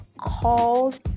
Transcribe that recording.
called